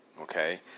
Okay